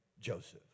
Joseph